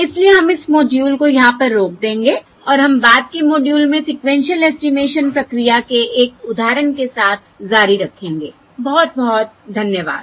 इसलिए हम इस मॉड्यूल को यहाँ पर रोक देंगे और हम बाद के मॉड्यूल में सीक्वेन्शिअल एस्टिमेशन प्रक्रिया के एक उदाहरण के साथ जारी रखेंगे बहुत बहुत धन्यवाद